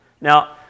Now